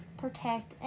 protect